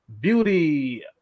beauty